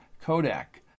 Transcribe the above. Kodak